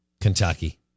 Kentucky